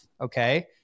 okay